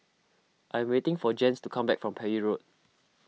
I am waiting for Jens to come back from Parry Road